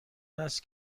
است